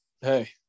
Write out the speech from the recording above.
hey